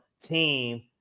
team –